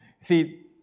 See